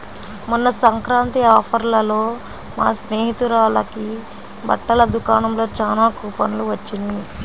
మొన్న సంక్రాంతి ఆఫర్లలో మా స్నేహితురాలకి బట్టల దుకాణంలో చానా కూపన్లు వొచ్చినియ్